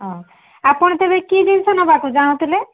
ହେଉ ଆପଣ ତେବେ କି ଜିନିଷ ନେବାକୁ ଚାହୁଁଥିଲେ